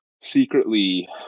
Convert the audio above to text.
secretly